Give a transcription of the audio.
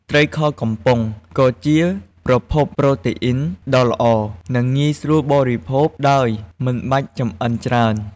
ត្រីខកំប៉ុង ក៏ជាប្រភពប្រូតេអ៊ីនដ៏ល្អ និងងាយស្រួលបរិភោគដោយមិនបាច់ចម្អិនច្រើន។